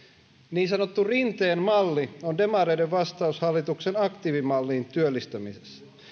niin sanottu rinteen malli on demareiden vastaus hallituksen aktiivimallille työllistämisessä